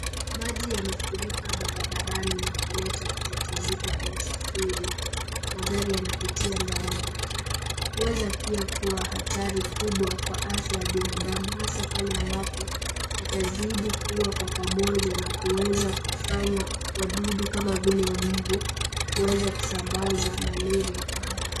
Maji yamefurika barabarani na kuleta kutatizika kwa usafiri. Magari yanapitia ndani yake. Hueza pia kuwa hatari kubwa kwa afya ya binadamu hasa pale ambapo yatazidi kuwa kwa pamoja na kuweza kufanya wadudu kama vile mbu kuweza kusambaza malaria kwa haraka.